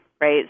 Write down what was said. right